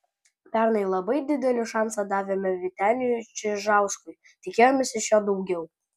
pernai labai didelį šansą davėme vyteniui čižauskui tikėjomės iš jo daugiau